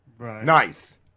Nice